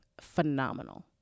phenomenal